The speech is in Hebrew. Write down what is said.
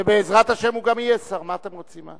ובעזרת השם הוא גם יהיה שר, מה אתם רוצים?